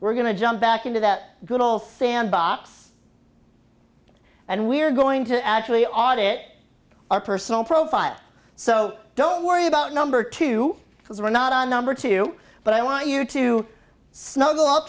we're going to jump back into that good ole sandbox and we're going to actually audit our personal profiles so don't worry about number two because we're not on number two but i want you to snuggle up